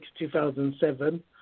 2007